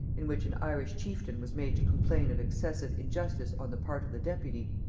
in which an irish chieftain was made to complain of excessive injustice on the part of the deputy,